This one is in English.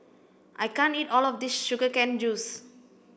I can't eat all of this sugar cane juice